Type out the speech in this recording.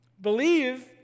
Believe